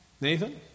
Nathan